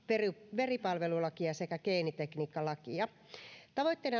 veripalvelulakia sekä geenitekniikkalakia tavoitteena